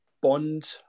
bond